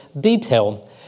detail